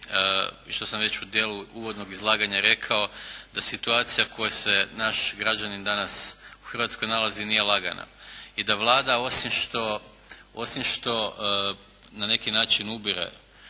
i što sam već u dijelu uvodnog izlaganja rekao da situacija u kojoj se naš građanin danas u Hrvatskoj nalazi nije lagana i da Vlada osim što, na neki način ubire